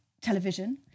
television